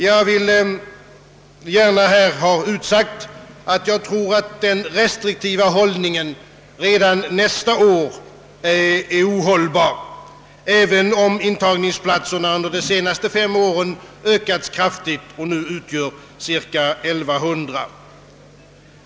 Jag vill gärna ha utsagt, att jag tror, att den restriktiva hållningen redan nästa år blir ohållbar, även om intagningsplatserna under de senaste fem åren ökats kraftigt och nu utgör ca 1100.